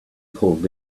pulled